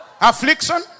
affliction